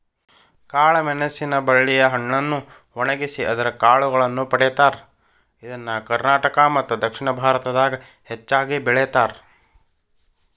ಕಾಳಮೆಣಸಿನ ಬಳ್ಳಿಯ ಹಣ್ಣನ್ನು ಒಣಗಿಸಿ ಅದರ ಕಾಳುಗಳನ್ನ ಪಡೇತಾರ, ಇದನ್ನ ಕರ್ನಾಟಕ ಮತ್ತದಕ್ಷಿಣ ಭಾರತದಾಗ ಹೆಚ್ಚಾಗಿ ಬೆಳೇತಾರ